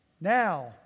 now